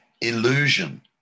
illusion